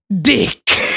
dick